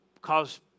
cause